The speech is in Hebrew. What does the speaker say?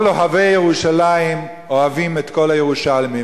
כל אוהבי ירושלים אוהבים את כל הירושלמים,